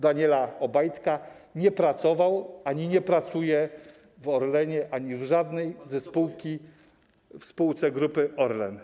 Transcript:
Daniela Obajtka, nie pracował ani nie pracuje w Orlenie ani w żadnej ze spółek Grupy Orlen.